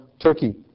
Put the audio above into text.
Turkey